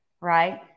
Right